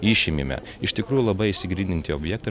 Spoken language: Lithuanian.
išėmėme iš tikrųjų labai išsigryninti objektą